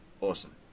Awesome